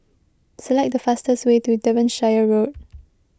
select the fastest way to Devonshire Road